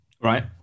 Right